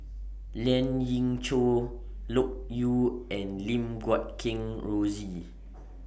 Lien Ying Chow Loke Yew and Lim Guat Kheng Rosie